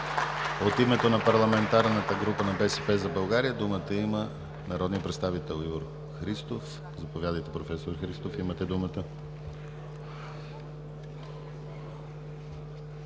От името на парламентарната група на „БСП за България“ думата има народният представител Иво Христов. Заповядайте, професор Христов, имате думата.